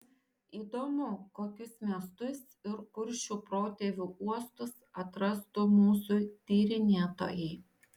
įdomu kokius miestus ir kuršių protėvių uostus atrastų mūsų tyrinėtojai